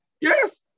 Yes